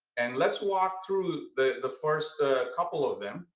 and let's walk through the the first a couple of them.